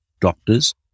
doctors